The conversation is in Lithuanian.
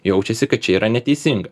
jaučiasi kad čia yra neteisinga